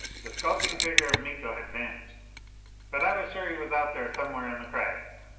the skulking figure of miko had vanished but i was sure he was out there somewhere on the crags,